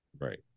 Right